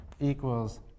equals